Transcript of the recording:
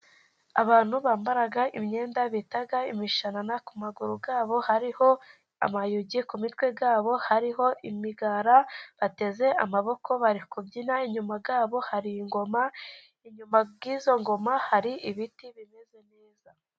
Abantu bambara imyenda bita imishanana, ku maguru yabo, hariho amayugi ku mitwe yabo hariho imigara, bateze amaboko bari kubyina, inyuma yabo hari ingoma, inyuma y'izo ngoma hari ibiti bimeze neza.